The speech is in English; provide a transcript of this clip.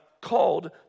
called